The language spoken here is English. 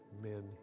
men